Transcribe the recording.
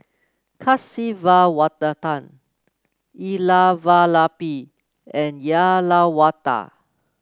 Kasiviswanathan Elattuvalapil and Uyyalawada